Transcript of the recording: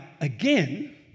again